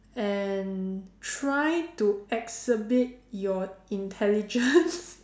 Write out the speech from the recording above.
and try to exhibit your intelligence